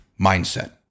Mindset